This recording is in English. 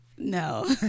no